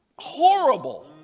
Horrible